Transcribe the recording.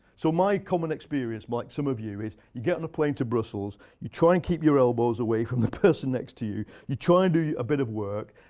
so my common experience like some of you is you get on and a plane to brussels, you try and keep your elbows away from the person next to you, you try and do a bit of work.